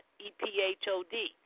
E-P-H-O-D